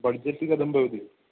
budget कथं भवति